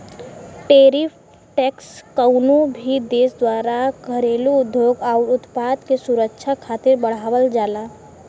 tariff tax कउनो भी देश द्वारा घरेलू उद्योग आउर उत्पाद के सुरक्षा खातिर बढ़ावल जाला